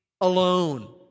alone